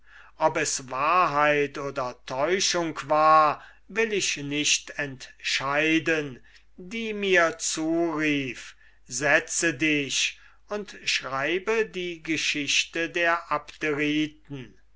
ob es wahrheit oder täuschung war will ich nicht entscheiden die mir zurief setze dich und schreibe die geschichte der